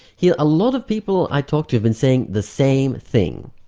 yeah a lot of people i talked to have been saying the same thing.